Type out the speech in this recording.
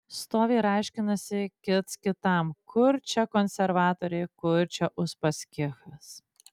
stovi ir aiškinasi kits kitam kur čia konservatoriai kur čia uspaskichas